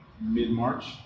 mid-March